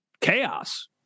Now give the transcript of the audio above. chaos